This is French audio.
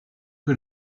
que